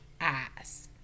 ass